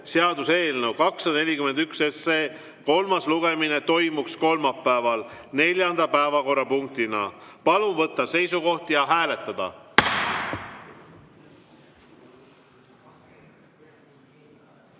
seaduse eelnõu 241 kolmas lugemine toimuks kolmapäeval neljanda päevakorrapunktina. Palun võtta seisukoht ja hääletada!